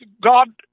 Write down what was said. God